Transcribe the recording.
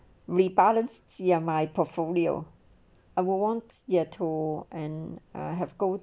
repellence my portfolio I would want ya two and a half go